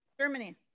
Germany